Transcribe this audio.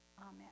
Amen